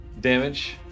damage